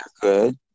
good